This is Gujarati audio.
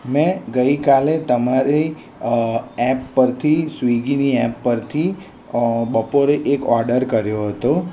મેં ગઈકાલે તમારી એપ પરથી સ્વીગીની એપ પરથી બપોરે એક ઓર્ડર કર્યો હતો